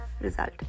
result